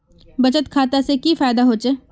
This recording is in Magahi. बचत खाता से की फायदा होचे?